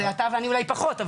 אתה ואני אולי פחות.